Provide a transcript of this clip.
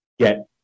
get